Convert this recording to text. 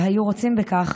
והיו רוצים בכך,